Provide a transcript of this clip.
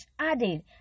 added